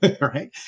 right